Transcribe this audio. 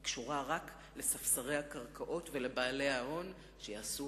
היא קשורה רק לספסרי הקרקעות ולבעלי ההון שיעשו